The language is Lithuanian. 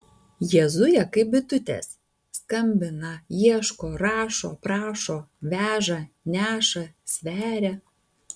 jie zuja kaip bitutės skambina ieško rašo prašo veža neša sveria